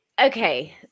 okay